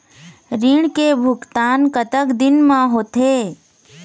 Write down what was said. ऋण के भुगतान कतक दिन म होथे?